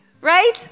Right